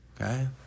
okay